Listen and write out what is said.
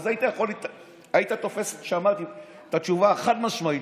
היית תופס שאמרתי את התשובה החד-משמעית,